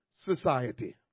society